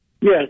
Yes